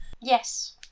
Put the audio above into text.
Yes